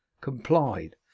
complied